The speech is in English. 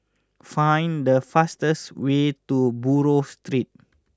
find the fastest way to Buroh Street